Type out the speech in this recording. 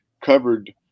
covered